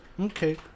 Okay